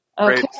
Okay